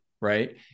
right